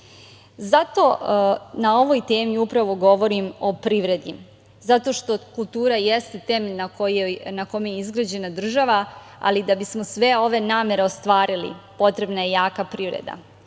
Zato na ovoj temi upravo govorim o privredi, zato što kultura jeste temelj na kome je izgrađena država, ali da bismo sve ove namere ostvarili, potrebna je jaka privreda.